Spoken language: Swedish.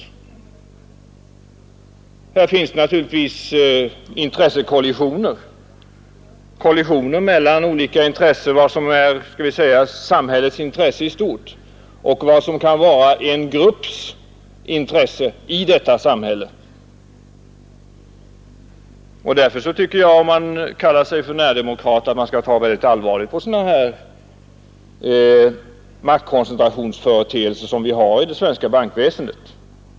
Här finns det naturligtvis intressekollisioner, kollisioner mellan vad som är samhällets intresse i stort och vad som kan vara en grupps intresse i detta samhälle. Därför tycker jag — om man kallar sig för närdemokrat — att man skall ta mycket allvarligt på sådana här maktkoncentrationsföreteelser som vi har i det svenska bankväsendet.